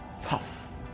tough